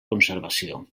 conservació